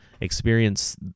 experience